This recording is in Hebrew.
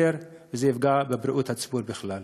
וזה יפגע בבריאות הציבור בכלל.